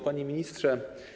Panie Ministrze!